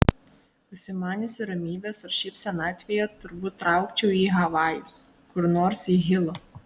užsimaniusi ramybės ar šiaip senatvėje turbūt traukčiau į havajus kur nors į hilo